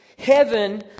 heaven